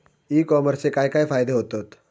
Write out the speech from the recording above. E कॉमर्सचे काय काय फायदे होतत?